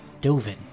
Dovin